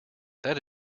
that